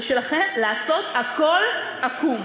לעשות הכול עקום,